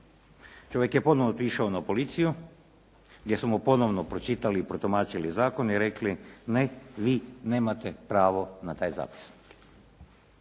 Čovjek je ponovno otišao na policiju gdje su mu ponovno pročitali i protumačili zakon i rekli ne, vi nemate pravo na taj zapisnik.